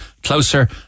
closer